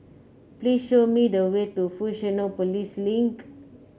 please show me the way to Fusionopolis Link